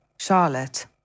Charlotte